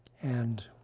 and